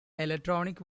electronic